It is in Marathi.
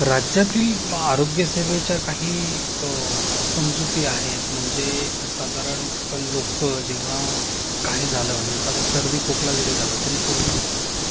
राज्यातील आरोग्यसेवेच्या काही समजुती आहेत म्हणजे साधारण लोक जेव्हा काही झालं म्हणजे साधा सर्दीखोकला जरी झाला तरी पूर्वी